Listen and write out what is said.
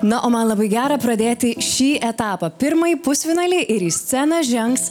na o man labai gera pradėti šį etapą pirmąjį pusfinalį ir į sceną žengs